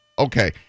Okay